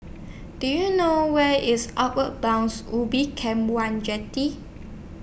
Do YOU know Where IS Outward Bounds Ubin Camp one Jetty